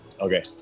Okay